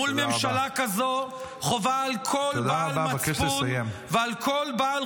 מול ממשלה כזאת חובה על כל בעל מצפון ועל כל בעל